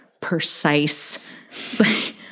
precise